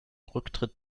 rücktritt